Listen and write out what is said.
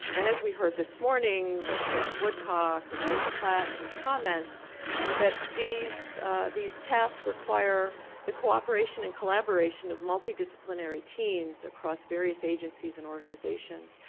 and as we heard this morning, both janet woodcock and rich platt and his comments that these these tasks require the cooperation and collaboration of multidisciplinary teams across various agencies and organizations.